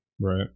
right